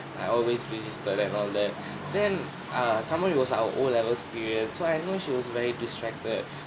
I always resisted and all that and then err some more it was our o levels period so I know she was very distracted